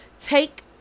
Take